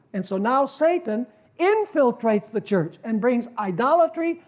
and so now satan infiltrates the church and brings idolatry,